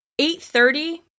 8.30